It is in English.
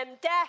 death